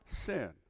sin